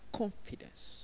confidence